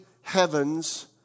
heavens